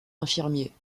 infirmier